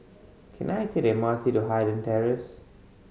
can I take the M R T to Highland Terrace